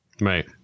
Right